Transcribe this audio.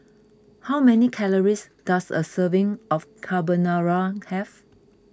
how many calories does a serving of Carbonara have